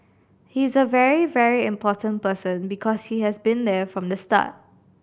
he is a very very important person because he has been there from the start